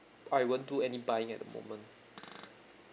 I won't do any buying at the moment